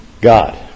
God